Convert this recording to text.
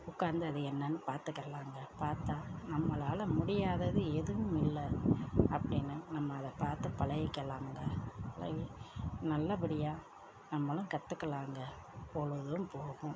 உக்காந்து அது என்னான்னு பார்த்துக்கிர்லாங்க பார்த்தா நம்மளால் முடியாதது எதுவும் இல்லை அப்படின்னு நம்ம அதை பார்த்து பழகிக்கிலாங்க நல்லபடியாக நம்மளும் கற்றுக்கலாங்க பொழுதும் போகும்